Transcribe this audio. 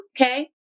Okay